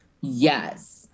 Yes